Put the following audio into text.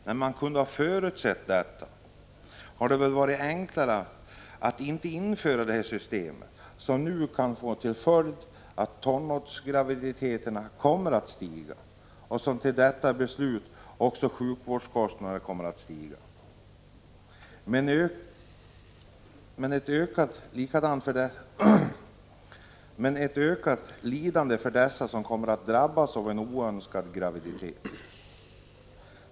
När man kunde ha förutsett detta hade det väl varit enklare att inte införa det här systemet, som nu kan få till följd att tonårsgraviditeterna ökar och sjukvårdskostnaderna också stiger, med ett ökat lidande för dem som kommer att drabbas av oönskade graviditeter.